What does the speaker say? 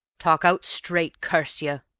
talk out straight, curse you!